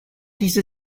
diese